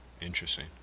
Interesting